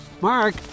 Mark